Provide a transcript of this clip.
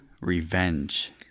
Revenge